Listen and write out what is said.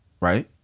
Right